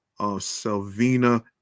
Selvina